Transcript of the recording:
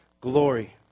glory